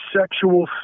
sexual